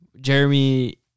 Jeremy